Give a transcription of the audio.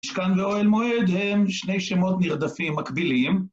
משכן ואוהל מועד הם שני שמות נרדפים מקבילים.